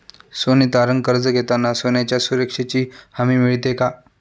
सोने तारण कर्ज घेताना सोन्याच्या सुरक्षेची हमी मिळते का?